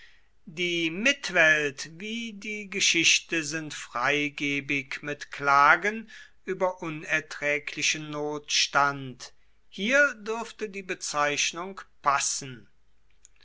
die mitwelt wie die geschichte sind freigebig mit klagen über unerträglichen notstand hier dürfte die bezeichnung passen